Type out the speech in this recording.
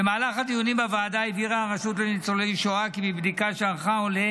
במהלך הדיונים בוועדה הבהירה הרשות לניצולי שואה כי מבדיקה שערכה עולה